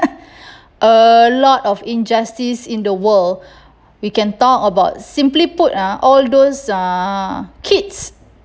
a lot of injustice in the world we can talk about simply put uh all those uh kids